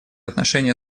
отношения